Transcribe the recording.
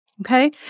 Okay